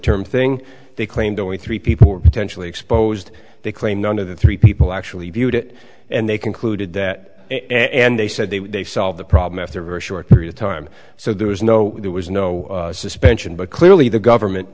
term thing they claimed only three people were intentionally exposed they claim none of the three people actually viewed it and they concluded that and they said they would they solve the problem after a very short period of time so there was no there was no suspension but clearly the government